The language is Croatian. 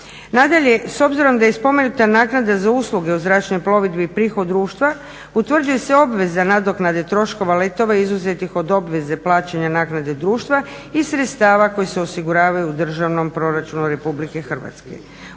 Nadalje s obzirom da je i spomenuta naknada za usluge u zračnoj plovidbi prihod društva utvrđuje se obveza nadoknade troškova letova izuzetih od obveze plaćanja naknade društva i sredstava koji se osiguravaju u državnom proračunu Republike Hrvatske.